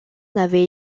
n’avait